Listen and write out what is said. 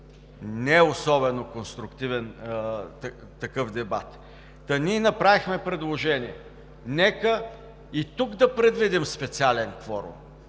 не особено конструктивен такъв дебат. Ние направихме предложение: нека и тук да предвидим специален кворум.